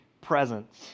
presence